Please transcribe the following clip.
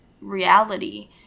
reality